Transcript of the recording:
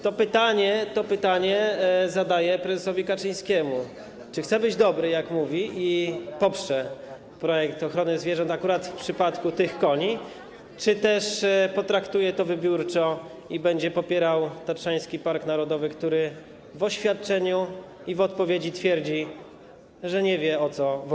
To pytanie zadaję prezesowi Kaczyńskiemu, czy chce być dobry, jak mówi, i poprze projekt ochrony zwierząt akurat w przypadku tych koni, czy też potraktuje to wybiórczo i będzie popierał Tatrzański Park Narodowy, który w oświadczeniu i w odpowiedzi twierdzi, że nie wie, o co w ogóle chodzi.